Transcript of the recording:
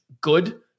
good